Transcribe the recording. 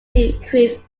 improve